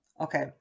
Okay